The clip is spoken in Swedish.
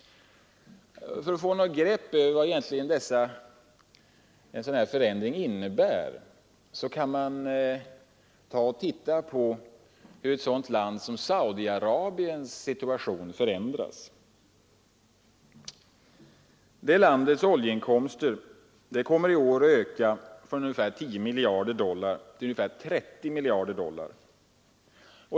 För att få något grepp över vad en sådan förändring innebär, kan man titta på hur situationen för ett land som Saudi-Arabien förändrats. Detta lands oljeinkomster kommer i år att öka från 10 miljarder dollar till 30 miljarder.